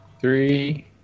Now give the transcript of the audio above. three